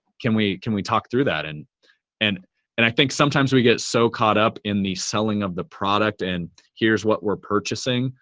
can we can we talk through that? and and and i think sometimes we get so caught up in the selling of the product and here's what we're purchasing,